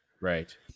right